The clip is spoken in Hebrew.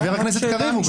חבר הכנסת קריב,